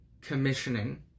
commissioning